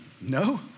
no